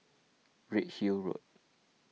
Redhill Road